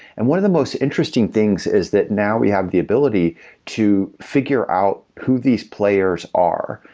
and one of the most interesting things is that now we have the ability to figure out who these players are.